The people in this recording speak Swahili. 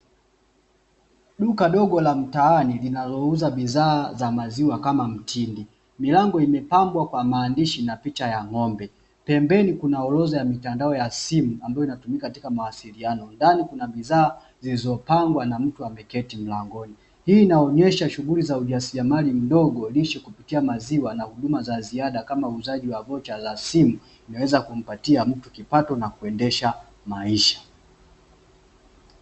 Duka dogo la mtaani linalouza bidhaa za maziwa kama mtindi milango imepambwa kwa maandishi na picha ya ng'ombe pembeni kuna orodha ya simu inayotumika katika mawasiliano ndani kuna bidhaa zilizopangwa na mtu ameketi mlangoni. hii inaonesha shughuli za ujasiliamali mdogo wa maziwa wa huduma za ziada kama uuzaji wa vocha za simu zinazoweza kumpatia kipato na kuendesha maisha.